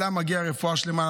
מגיעה לה רפואה שלמה.